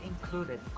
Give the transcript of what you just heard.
included